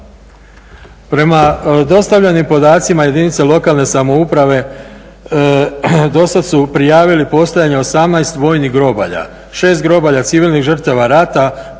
Prema dostavljenim podacima jedinice lokalne samouprave dosad su prijavili postojanje 18 vojnih grobalja, 6 grobalja civilnih žrtava rata,